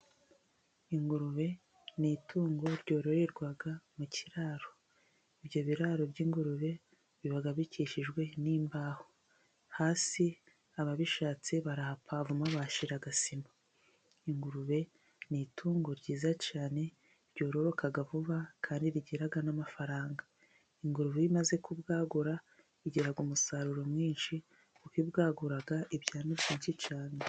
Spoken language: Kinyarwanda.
Ingurube ni itungo ryororerwa mu kiraro. Ibyo biraro by'ingurube biba bikikijwe n'imbaho. Hasi ababishatse barahapavuma, bashira sima. Ingurube ni itungo ryiza cyane, ryororoka vuba, kandi rigira n'amafaranga. Ingurube imaze kubwagura igira umusaruro mwinshi, kuko ibwagura ibyana byinshi cyane.